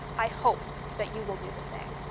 i hope that you will do the same.